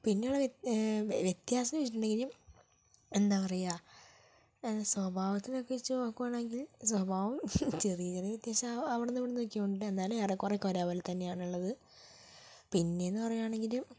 പിന്നെയുള്ള വെ വ്യത്യാസം എന്ന് വെച്ചിട്ടുണ്ടെങ്കിൽ എന്താ പറയുക സ്വഭാവത്തിന് ഒക്കെ വെച്ച് നോക്കുകയാണെങ്കിൽ സ്വഭാവം ചെറിയ ചെറിയ വ്യത്യാസം അവിടുന്നിവിടുന്നൊക്കെ ഉണ്ട് എന്നാലും ഏറെക്കുറെയൊക്കെ ഒരേ പോലെ തന്നെയാണ് ഉള്ളത് പിന്നെയെന്ന് പറയുകയാണെങ്കിൽ